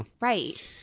right